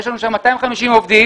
יש לנו שם 250 עובדים,